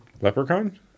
Leprechaun